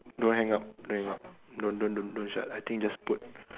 don't hang up don't hang up don't don't shut I think just put